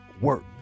work